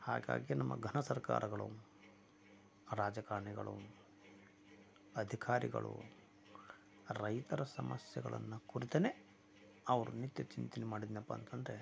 ಹಾಗಾಗಿ ನಮ್ಮ ಘನ ಸರ್ಕಾರಗಳು ರಾಜಕಾರಣಿಗಳು ಅಧಿಕಾರಿಗಳು ರೈತರ ಸಮಸ್ಯೆಗಳನ್ನು ಕುರಿತೇ ಅವರು ನಿತ್ಯ ಚಿಂತನೆ ಮಾಡಿದ್ರಪ್ಪ ಅಂತಂದರೆ